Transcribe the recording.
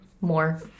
more